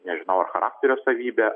nežinau ar charakterio savybė